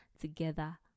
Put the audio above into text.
together